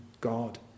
God